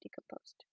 decomposed